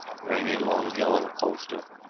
wearing a long yellow ulster,